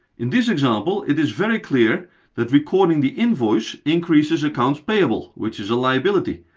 in this example, it is very clear that recording the invoice increases accounts payable, which is a liability.